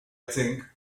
think